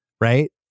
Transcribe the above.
right